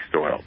oil